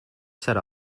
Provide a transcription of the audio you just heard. set